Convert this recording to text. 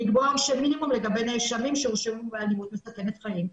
לקבוע מינימום לגבי נאשמים שהואשמו באלימות מסכנת חיים.